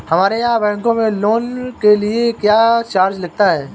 हमारे यहाँ बैंकों में लोन के लिए क्या चार्ज लगता है?